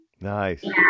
Nice